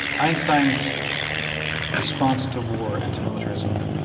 einstein's response to war and to militarism